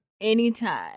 anytime